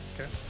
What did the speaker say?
Okay